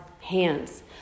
hands